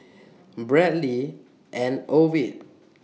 Bradley and Ovid